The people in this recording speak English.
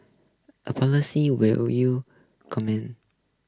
a policy will you champion